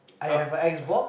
I have a X-Box